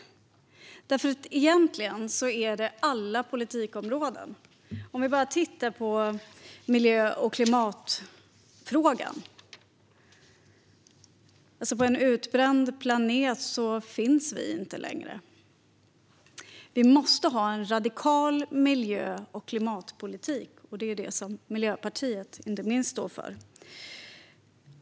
Egentligen är det alla politikområden. Vi kan bara titta på miljö och klimatfrågan. På en utbränd planet finns vi inte längre. Vi måste ha en radikal miljö och klimatpolitik. Det är inte minst det som Miljöpartiet står för.